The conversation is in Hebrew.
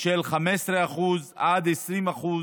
של 15% עד 20%,